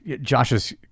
Josh's